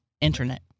internet